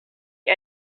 you